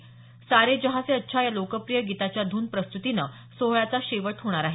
सारे जहां से अच्छा या लोकप्रिय गीताच्या धून प्रस्त्तीनं सोहळ्याचा शेवट होणार आहे